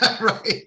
Right